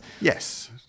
Yes